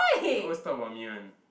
you always talk about me one